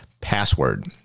password